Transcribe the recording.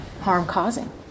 harm-causing